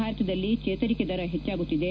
ಭಾರತದಲ್ಲಿ ಚೇತರಿಕೆ ದರ ಹೆಚ್ಚಾಗುತ್ತಿದೆ